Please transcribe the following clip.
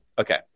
okay